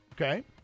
Okay